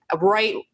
right